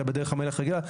אלא בדרך המלך הרגילה,